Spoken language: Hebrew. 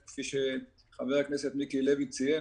כפי שחבר הכנסת מיקי לוי ציין,